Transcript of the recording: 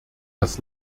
das